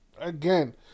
again